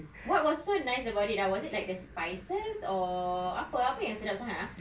what was so nice about it ah was it like the spices or apa apa yang sedap sangat ah